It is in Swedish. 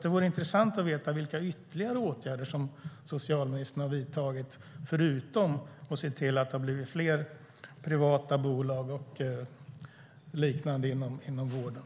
Det vore intressant att få veta vilka ytterligare åtgärder socialministern vidtagit, förutom att se till att det blivit fler privata bolag inom vården.